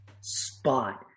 spot